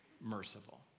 merciful